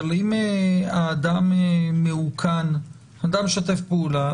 אם אדם משתף פעולה,